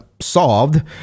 solved